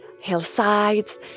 hillsides